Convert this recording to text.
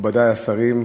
מכובדי השרים,